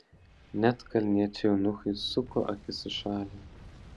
net kalniečiai eunuchai suko akis į šalį